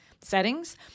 settings